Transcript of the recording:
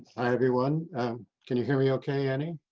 hi everyone. can you hear me okay, annie?